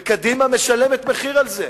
וקדימה משלמת מחיר על זה.